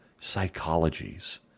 psychologies